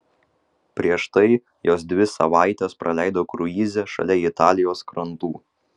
prieš tai jos dvi savaites praleido kruize šalia italijos krantų